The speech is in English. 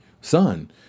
son